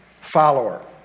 follower